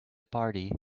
party